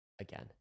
again